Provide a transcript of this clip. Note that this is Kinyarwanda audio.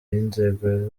y’inzego